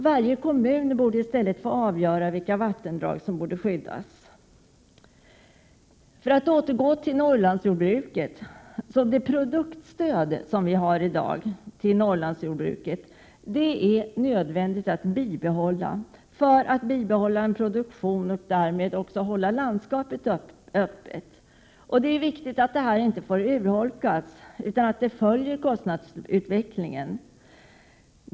Varje kommun borde i stället få avgöra vilka vattendrag som skall skyddas. Det produktstöd som i dag ges Norrlandsjordbruket är nödvändigt för att produktionen skall bibehållas och därmed landskapet hållas öppet. Det är Prot. 1987/88:127 viktigt att detta inte urholkas utan i stället följer kostnadsutvecklingen.